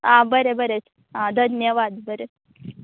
आं बरें बरें आं धन्यवाद बरें